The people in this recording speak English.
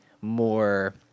more